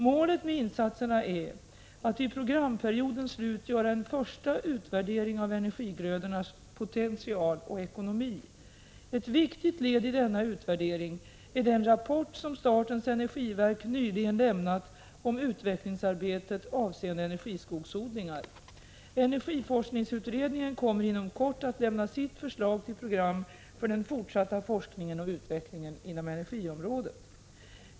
Målet med insatserna är att vid programperiodens slut göra en första utvärdering av energigrödornas potential och ekonomi. Ett viktigt led i denna utvärdering är den rapport som statens energiverk nyligen lämnat om utvecklingsarbetet avseende energiskogsodlingar. Energiforskningsutredningen kommer att inom kort lämna sitt förslag till program för den fortsatta forskningen och utvecklingen inom energiområdet.